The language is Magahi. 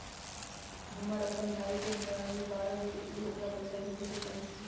हमर अपन भाई जे शहर के बाहर रहई अ ओकरा पइसा भेजे के चाहई छी